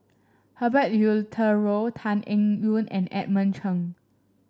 Herbert Eleuterio Tan Eng Yoon and Edmund Cheng